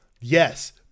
yes